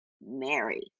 Mary